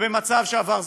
ובמצב שעבר זמנם.